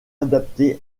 adaptés